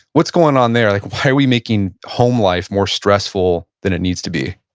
what's going on there? like why are we making home life more stressful than it needs to be?